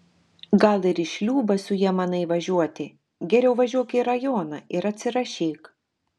gal ir į šliūbą su ja manai važiuoti geriau važiuok į rajoną ir atsirašyk